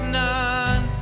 none